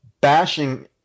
bashing